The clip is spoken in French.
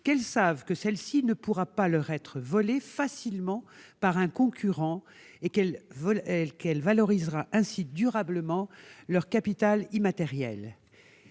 qu'elles savent que celle-ci ne pourra pas leur être volée facilement par un concurrent et qu'elle valorisera durablement leur capital immatériel.